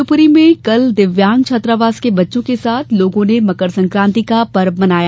वहीं शिवपुरी में कल दिव्यांग छात्रावास के बच्चों के साथ लोगों ने मकरसंकाति का पर्व मनाया